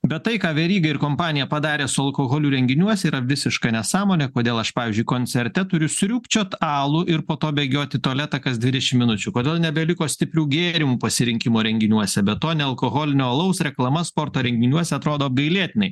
bet tai ką veryga ir kompanija padarė su alkoholiu renginiuose yra visiška nesąmonė kodėl aš pavyzdžiui koncerte turiu sriūbčiot alų ir po to bėgiot į tualetą kas dvidešim minučių kodėl nebeliko stiprių gėrimų pasirinkimo renginiuose be to nealkoholinio alaus reklama sporto renginiuose atrodo apgailėtinai